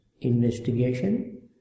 investigation